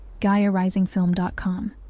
GaiaRisingFilm.com